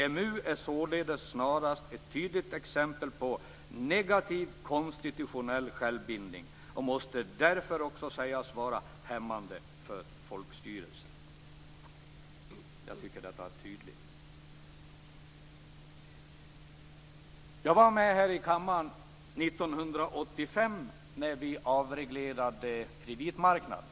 EMU är således snarast ett tydligt exempel på negativ konstitutionell självbindning och måste därför också sägas vara hämmande för folkstyrelsen. Jag tycker att detta är tydligt. Jag var med här i kammaren 1985, när vi avreglerade kreditmarknaden.